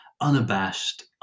unabashed